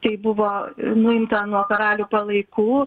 tai buvo nuimta nuo karalių palaikų